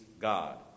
God